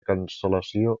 cancel·lació